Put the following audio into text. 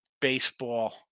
baseball